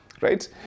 right